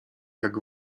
jak